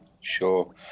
Sure